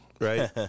Right